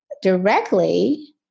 Directly